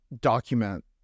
document